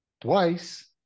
twice